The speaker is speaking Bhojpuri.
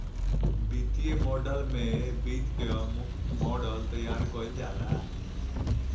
वित्तीय मॉडल में वित्त कअ मॉडल तइयार कईल जाला